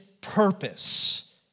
purpose